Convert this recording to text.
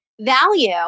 value